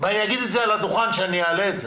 ואני אגיד את זה מעל הדוכן כשאני אעלה את זה.